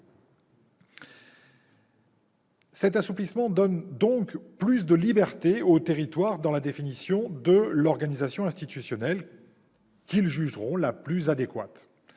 Cet assouplissement donnera plus de libertés aux territoires pour définir l'organisation institutionnelle qu'ils jugeront la plus adéquate.